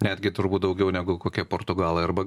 netgi turbūt daugiau negu kokie portugalai arba